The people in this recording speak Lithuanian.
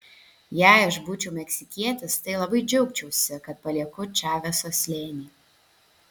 jei aš būčiau meksikietis tai labai džiaugčiausi kad palieku čaveso slėnį